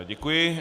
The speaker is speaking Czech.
Děkuji.